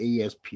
ASP